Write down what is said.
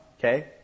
Okay